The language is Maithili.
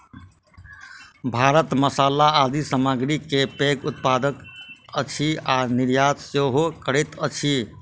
भारत मसाला आदि सामग्री के पैघ उत्पादक अछि आ निर्यात सेहो करैत अछि